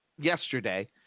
yesterday